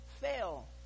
fail